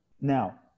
Now